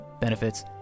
benefits